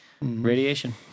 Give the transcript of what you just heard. Radiation